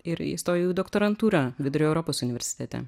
ir įstojau jau į doktorantūrą vidurio europos universitete